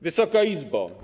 Wysoka Izbo!